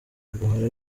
agahora